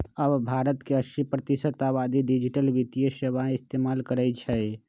अब भारत के अस्सी प्रतिशत आबादी डिजिटल वित्तीय सेवाएं इस्तेमाल करई छई